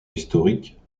historique